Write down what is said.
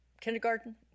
kindergarten